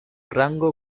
rango